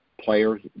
players